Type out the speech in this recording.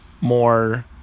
more